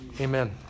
amen